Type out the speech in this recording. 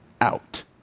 out